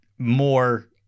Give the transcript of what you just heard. More